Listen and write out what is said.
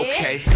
Okay